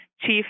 Chief